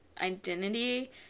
identity